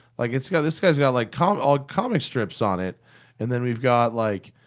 like it's got. this guy's got like. comic ah comic strips on it and then we've got like.